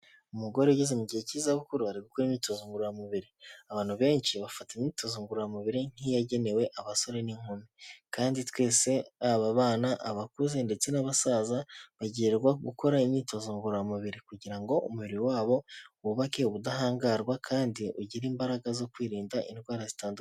Umugore ugeze mu gihe k'izabukuru ari gukora imyitozo ngororamubiri, abantu benshi bafata imyitozo ngororamubiri nk'iyagenewe abasore n'inkumi kandi twese, baba abana, n'abakuze ndetse n'abasaza bagenerwa gukora imyitozo ngororamubiri kugira ngo umubiri wabo wubake ubudahangarwa kandi ugire imbaraga zo kwirinda indwara zitandukanye.